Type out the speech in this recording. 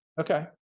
Okay